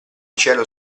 cielo